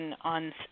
on